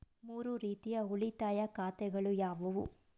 ಮೂರು ರೀತಿಯ ಉಳಿತಾಯ ಖಾತೆಗಳು ಯಾವುವು?